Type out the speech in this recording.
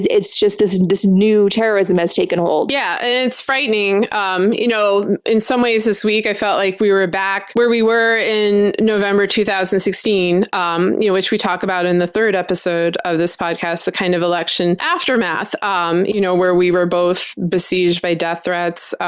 it's just this this new terrorism has taken hold. yeah, and it's frightening. um you know, in some ways this week, i felt like we were back where we were in november two thousand and sixteen, um you know which we talk about in the third episode of this podcast, the kind of election aftermath. um you know where we were both besieged by death threats,